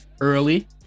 early